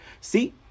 See